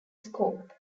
scope